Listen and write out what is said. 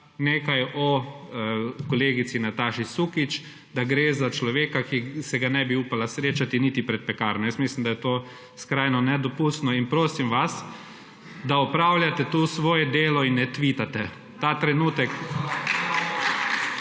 nekaj o kolegici Nataši Sukič. Da gre za človeka, ki se ga nebi upala srečati niti pred pekarno. Jaz mislim, da je to skrajno nedopustno. In prosim vas, da opravljate tu svoje delo. In ne twittate ta trenutek.